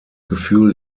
gefühl